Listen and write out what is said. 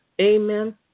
Amen